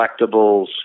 collectibles